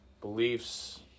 beliefs